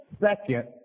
second